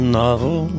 novel